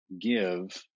give